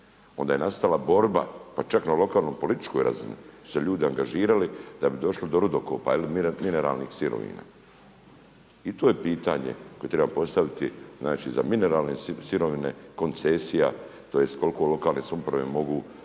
Onda je nastala borba pa čak na lokalno političkoj razini su se ljudi angažirali da bi došli do rudokopa ili mineralnih sirovina. I to je pitanje koje treba postaviti, znači za mineralne sirovine koncesija tj. koliko lokalne samouprave mogu